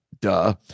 duh